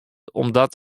omdat